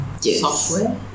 software